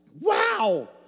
Wow